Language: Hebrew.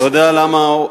אתה יודע למה ההורים,